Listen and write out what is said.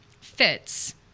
fits